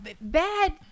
bad